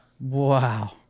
wow